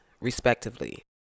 respectively